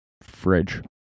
fridge